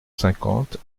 cinquante